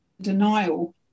denial